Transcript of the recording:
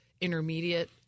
intermediate